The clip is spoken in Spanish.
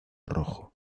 rojo